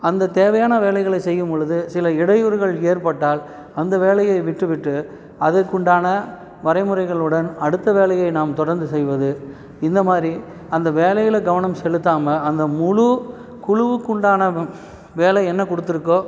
அந்த தேவையான வேலைகளை செய்யும்பொழுது சில இடையூறுகள் ஏற்பட்டால் அந்த வேலையை விட்டு விட்டு அதற்குண்டான வரைமுறைகளுடன் அடுத்த வேலையை நாம் தொடர்ந்து செய்வது இந்த மாதிரி அந்த வேலையில் கவனம் செலுத்தாமல் அந்த முழு குழுவுக்குண்டான வேலை என்ன கொடுத்துருக்கோ